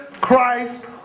Christ